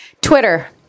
Twitter